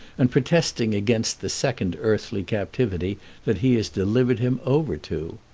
and protesting against the second earthly captivity that he has delivered him over to.